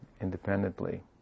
independently